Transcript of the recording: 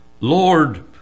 Lord